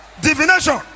divination